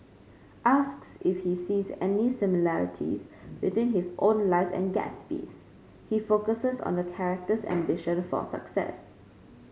asks if he sees any similarities between his own life and Gatsby's he focuses on the character's ambition for success